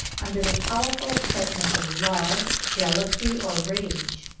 under the powerful excitements of love, jealousy or rage,